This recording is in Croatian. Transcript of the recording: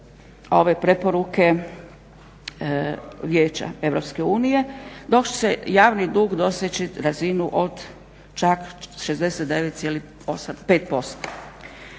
u preporuke Vijeća EU, dok će javni dug doseći razinu od čak 69,5%.